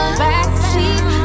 backseat